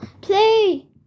play